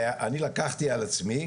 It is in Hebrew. ואני לקחתי על עצמי,